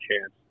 Chance